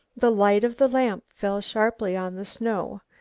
the light of the lamp fell sharply on the snow,